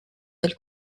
del